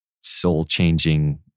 soul-changing